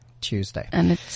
Tuesday